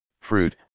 fruit